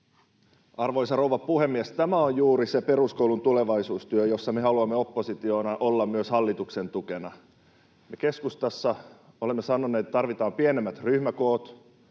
Arvoisa rouva puhemies! Tämä on juuri se peruskoulun tulevaisuustyö, jossa me haluamme oppositiona olla myös hallituksen tukena. Me keskustassa olemme sanoneet, että tarvitaan pienemmät ryhmäkoot,